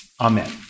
Amen